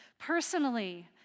Personally